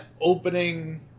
opening